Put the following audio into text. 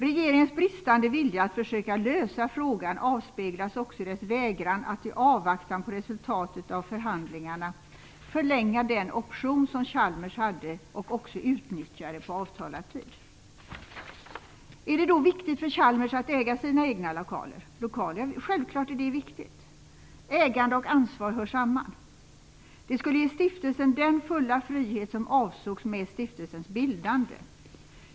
Regeringens bristande vilja att försöka lösa frågan avspeglas också i dess vägran att i avvaktan på resultatet av förhandlingarna förlänga den option som Chalmers hade och också utnyttjade på avtalad tid. Är det då viktigt för Chalmers att äga sina egna lokaler? Ja, självklart är det viktigt. Ägande och ansvar hör samman. Det skulle ge stiftelsen den fulla frihet som avsågs med stiftelsens bildande.